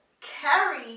carry